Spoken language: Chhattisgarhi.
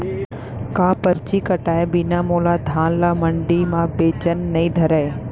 का परची कटाय बिना मोला धान ल मंडी म बेचन नई धरय?